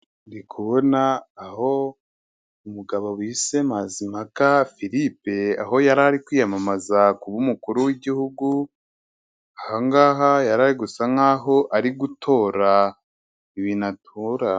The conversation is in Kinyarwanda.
Ndi kubona aho umugabo bise Mazimpaka Philippe aho yari ari kwiyamamaza kuba umukuru w'Igihugu, aha ngaha yari ari gusa nk'aho ari gutora ibintu atora.